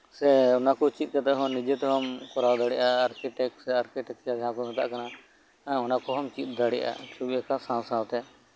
ᱥᱮ ᱚᱱᱟᱠᱚ ᱪᱮᱫ ᱠᱟᱛᱮᱫ ᱦᱚᱸ ᱱᱤᱡᱮᱛᱮᱦᱚᱸ ᱱᱤᱡᱮᱛᱮᱢ ᱠᱚᱨᱟᱣ ᱫᱟᱲᱮᱭᱟᱜᱼᱟ ᱟᱨᱠᱤᱴᱮᱠᱪᱟᱨ ᱡᱟᱦᱟᱸ ᱠᱚ ᱢᱮᱛᱟᱜ ᱠᱟᱱᱟ ᱚᱱᱟ ᱠᱚᱦᱚᱸᱢ ᱪᱮᱫ ᱫᱟᱲᱮᱭᱟᱜᱼᱟ ᱪᱷᱚᱵᱤ ᱟᱸᱠᱟᱣ ᱥᱟᱶ ᱥᱟᱶᱛᱮ